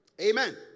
Amen